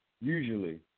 usually